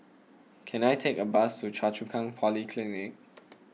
can I take a bus to Choa Chu Kang Polyclinic